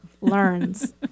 learns